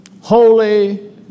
Holy